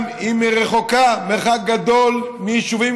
גם אם היא רחוקה מרחק גדול מיישובים